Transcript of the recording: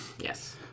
Yes